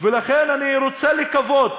לכן אני רוצה לקוות